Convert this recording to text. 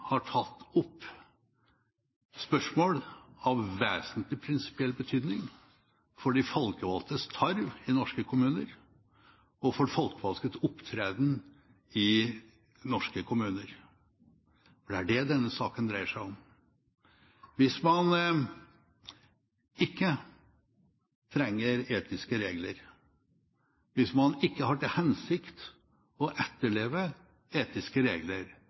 har tatt opp spørsmål av vesentlig prinsipiell betydning for de folkevalgtes tarv og opptreden i norske kommuner – for det er dette denne saken dreier seg om. Hvis man ikke trenger etiske regler, hvis man ikke har til hensikt å etterleve etiske regler,